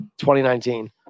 2019